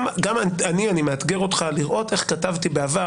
אני מאתגר אותך לראות איך כתבתי בעבר,